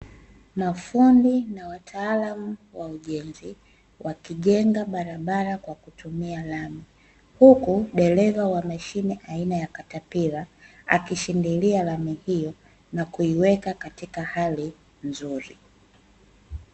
Mafundi na wataalamu wa ujenzi, wakijenga barabara kwa kutumia lami, huku dereva wa mashine aina ya katapila akishindilia lami hio nakuiweka katika hali nzuri.